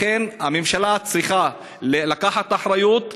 לכן הממשלה צריכה לקחת אחריות,